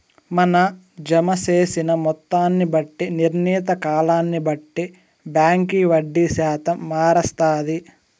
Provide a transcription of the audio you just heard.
మన జమ జేసిన మొత్తాన్ని బట్టి, నిర్ణీత కాలాన్ని బట్టి బాంకీ వడ్డీ శాతం మారస్తాది